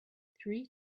three